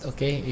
Okay